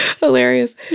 Hilarious